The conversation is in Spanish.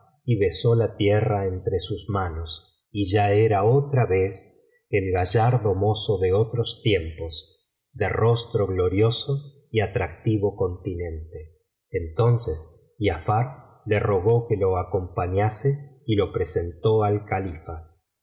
y besó la tierra entre sus manos y ya era otra vez el gallardo mozo de otros tiempos de rostro glorioso y atractivo continente entonces giafar le rogó que lo acompañase y lo presentó al califa